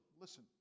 Listen